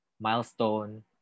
milestone